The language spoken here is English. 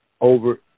over